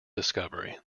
discovery